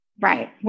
Right